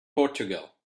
portugal